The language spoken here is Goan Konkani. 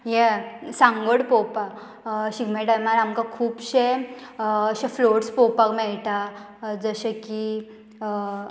हें सांगोड पोवपाक शिगम्या टायमार आमकां खुबशे अशे फ्लोट्स पोवपाक मेळटा जशे की